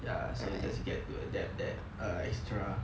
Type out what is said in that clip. ya so just got to adapt that err extra